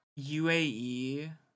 UAE